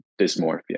dysmorphia